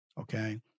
okay